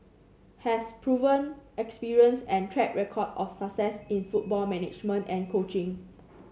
has proven experience and track record of success in football management and coaching